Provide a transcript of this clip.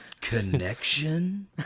Connection